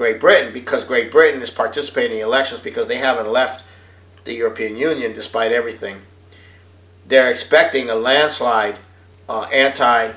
great britain because great britain is participate in elections because they haven't left the european union despite everything they're expecting a landslide anti